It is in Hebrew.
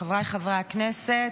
חבריי חברי הכנסת,